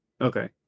Okay